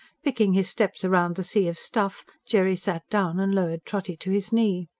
picking his steps round the sea of stuff, jerry sat down and lowered trotty to his knee.